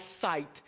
sight